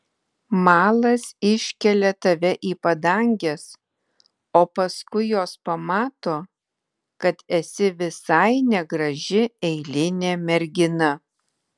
malas iškelia tave į padanges o paskui jos pamato kad esi visai negraži eilinė mergina